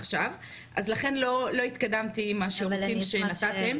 עכשיו אז לכן לא התקדמתי עם השירותים שנתתם,